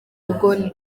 ubwo